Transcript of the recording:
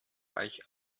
reich